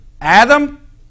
Adam